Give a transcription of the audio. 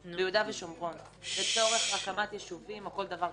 ושומרון לצורך הקמת ישובים או משהו כזה.